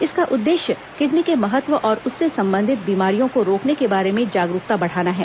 इसका उद्देश्य किडनी के महत्व और उससे संबंधित बीमारियों को रोकने के बारे में जागरूकता बढ़ाना है